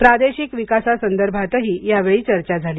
प्रादेशिक विकासासंदर्भातही यावेळी चर्चा झाली